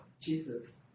Jesus